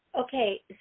Okay